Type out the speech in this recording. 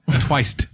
twice